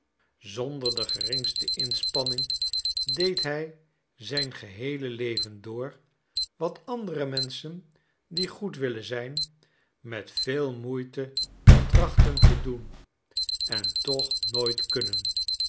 zonder de geringste inspanning deed hij zijn geheele leven door wat andere menschen die goed willen zijn met veel moeite trachten te doen en toch nooit kunnen